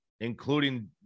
including